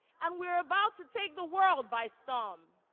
and we're about to take the world by storm.